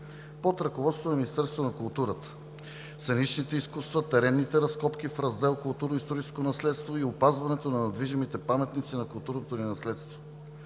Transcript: под ръководството на Министерството на културата – сценичните изкуства, теренните разкопки в раздел „Културно-историческо наследство и опазването на недвижимите паметници на културното ни наследство“.